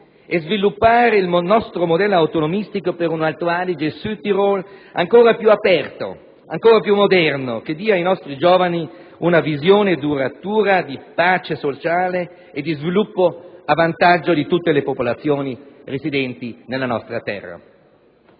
e sviluppare il nostro modello autonomistico per un Alto Adige-Südtirol ancora più aperto, ancora più moderno, che dia ai nostri giovani una visione duratura di pace sociale e di sviluppo a vantaggio di tutte le popolazioni residenti nella nostra terra.